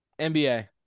NBA